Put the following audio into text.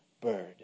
bird